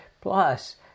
Plus